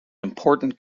important